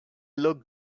look